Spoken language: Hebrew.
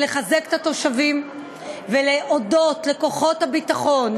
לחזק את התושבים ולהודות לכוחות הביטחון,